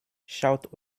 schaut